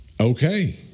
okay